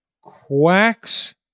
Quacks